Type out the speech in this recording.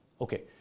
Okay